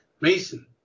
Mason